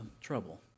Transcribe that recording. trouble